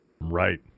right